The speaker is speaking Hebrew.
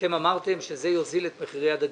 שאתם אמרתם שזה יוזיל את מחירי הדגים.